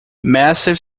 massive